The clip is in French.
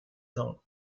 cents